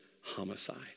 homicide